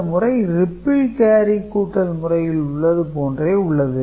இந்த முறை ripple carry கூட்டல் முறையில் உள்ளது போன்றே உள்ளது